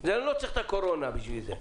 אני לא צריך את הקורונה בשביל זה.